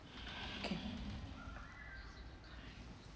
okay